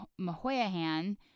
Mahoyahan